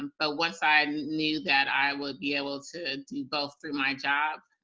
um but once i knew that i would be able to do both through my job,